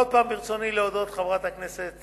עוד פעם, ברצוני להודות לחברת הכנסת